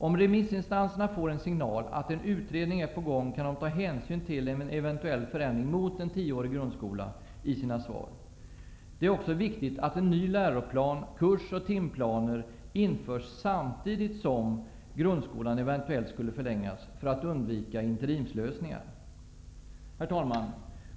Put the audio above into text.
Om remissinstanserna får en signal om att en utredning är på gång, kan de ta hänsyn till en eventuell förändring mot en tioårig grundskola i sina svar. Det är också viktigt att en ny läroplan, kurs och timplaner införs samtidigt som grundskolan eventuellt skulle förlängas, för att undvika interimslösningar. Herr talman!